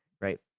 right